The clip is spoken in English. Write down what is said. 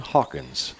Hawkins